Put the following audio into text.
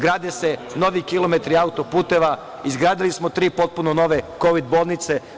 Grade se novi kilometri autoputeva, izgradili smo tri potpuno nove Kovid bolnice.